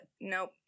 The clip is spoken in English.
nope